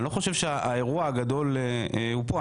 אני לא חושב שהאירוע הגדול הוא פה.